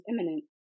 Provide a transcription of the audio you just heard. imminent